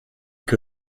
que